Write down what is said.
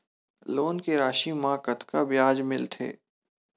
Loan के राशि मा कतका ब्याज मिलथे?